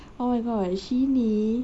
oh my god shinee